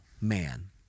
man